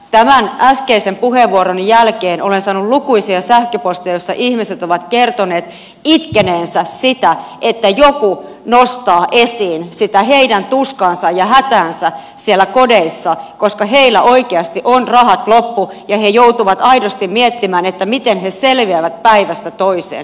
tämän äskeisen puheenvuoroni jälkeen olen saanut lukuisia sähköposteja joissa ihmiset ovat kertoneet itkeneensä sitä että joku nostaa esiin sitä heidän tuskaansa ja hätäänsä siellä kodeissa koska heillä oikeasti on rahat loppu ja he joutuvat aidosti miettimään miten he selviävät päivästä toiseen